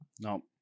no